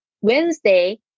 wednesday